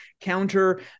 counter